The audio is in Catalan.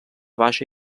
baixa